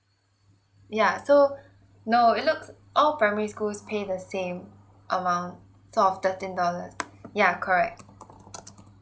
yeah so no it looks all primary schools pay the same amount sort of thirteen dollars yeah correct